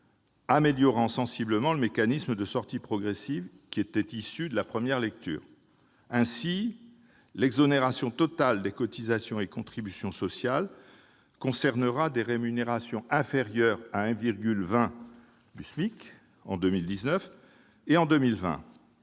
améliorer sensiblement le mécanisme de sortie progressive issu de la première lecture. Ainsi, l'exonération totale de cotisations et contributions sociales concernera les rémunérations inférieures à 1,20 SMIC en 2019 et en 2020,